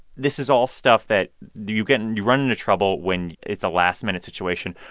this is all stuff that you get and you run into trouble when it's a last-minute situation.